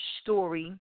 story